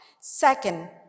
Second